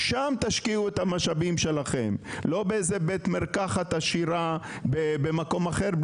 שם תשקיעו את המשאבים שלכם ולא באיזה בית מרקחת עשיר במקום אחר,